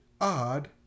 odd